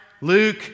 Luke